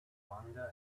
wander